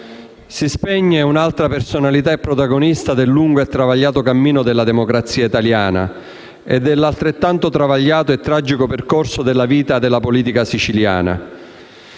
Si spegne un'altra personalità e protagonista del lungo e travagliato cammino della democrazia italiana e dell'altrettanto travagliato e tragico percorso della politica siciliana.